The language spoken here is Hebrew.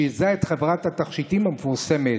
שייסדה את חברת התכשיטים המפורסמת,